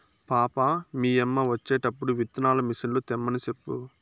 పాపా, మీ యమ్మ వచ్చేటప్పుడు విత్తనాల మిసన్లు తెమ్మని సెప్పు